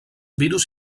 virus